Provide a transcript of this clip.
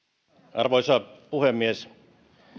arvoisa puhemies